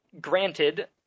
granted